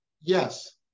Yes